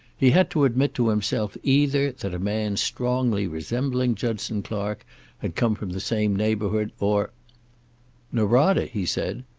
he had to admit to himself either that a man strongly resembling judson clark had come from the same neighborhood, or norada? he said.